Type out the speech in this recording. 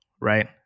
right